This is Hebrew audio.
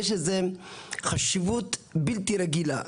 יש לזה חשיבות בלתי רגילה.